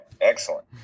Excellent